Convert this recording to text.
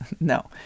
no